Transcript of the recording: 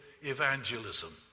evangelism